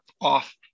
off